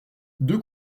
deux